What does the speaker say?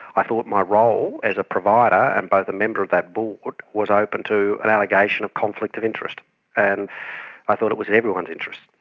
i thought my role as a provider and both a member of that board was open to an allegation of conflict of interest and i thought it was in everyone's interest.